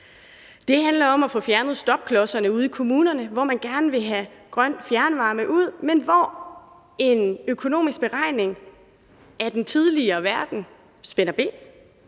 Det handler om at få fjernet stopklodserne ude i kommunerne, hvor man gerne vil have grøn fjernvarme ud, men hvor en økonomisk beregning af den tidligere verden spænder ben.